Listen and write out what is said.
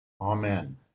Amen